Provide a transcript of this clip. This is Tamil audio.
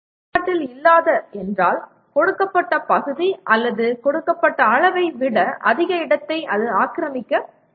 செயல்பாட்டில் இல்லாத என்றால் கொடுக்கப்பட்ட பகுதி அல்லது கொடுக்கப்பட்ட அளவை விட அதிக இடத்தை அது ஆக்கிரமிக்கக்கூடாது